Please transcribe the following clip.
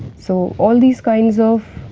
so, all these kinds of